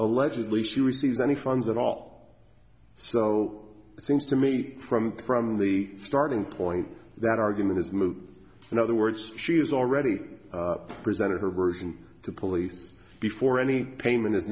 allegedly she receives any funds at all so it seems to me from from the starting point that argument is moot in other words she has already presented her version to police before any payment is